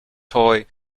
toy